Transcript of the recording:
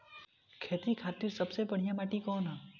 खेती खातिर सबसे बढ़िया माटी कवन ह?